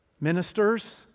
ministers